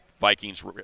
Vikings